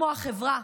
כמו החברה,